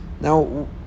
Now